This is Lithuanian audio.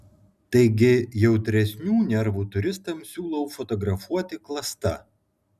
taigi jautresnių nervų turistams siūlau fotografuoti klasta